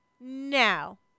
now